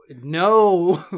no